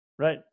Right